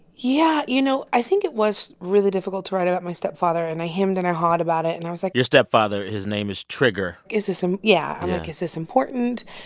yeah. you know, i think it was really difficult to write about my stepfather. and i hemmed, and i hawed about it. and i was like. your stepfather, his name is trigger is this um yeah yeah i'm like, is this important?